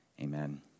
amen